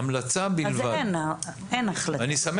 לא, לא התקבלה שום החלטה.